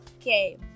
Okay